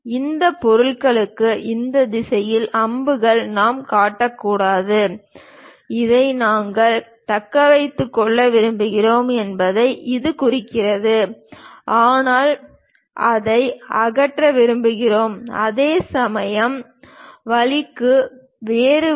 இந்த பொருளுக்கு இந்த திசையில் அம்புகளை நாம் காட்டக்கூடாது இதை நாங்கள் தக்க வைத்துக் கொள்ள விரும்புகிறோம் என்பதை இது குறிக்கிறது ஆனால் அதை அகற்ற விரும்புகிறோம் அதேசமயம் வழக்கு வேறு வழி